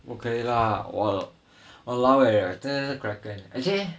我可以 lah !wah! !walao! eh 真的是 kraken actually